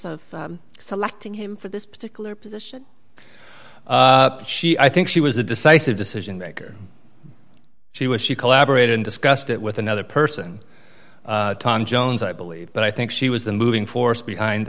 of selecting him for this particular position she i think she was a decisive decision maker she was she collaborated and discussed it with another person tom jones i believe but i think she was the moving force behind